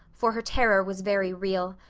for her terror was very real.